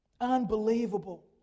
unbelievable